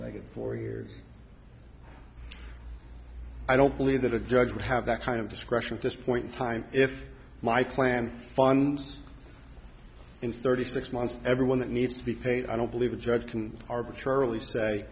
get four years i don't believe that a judge would have that kind of discretion at this point time if my clan funds in thirty six months everyone that needs to be paid i don't believe a judge can arbitrarily say